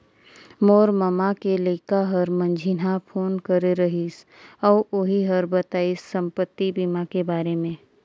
मोर ममा के लइका हर मंझिन्हा फोन करे रहिस अउ ओही हर बताइस संपति बीमा के बारे मे